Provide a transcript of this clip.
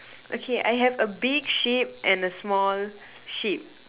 okay I have a big sheep and a small sheep